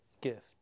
gift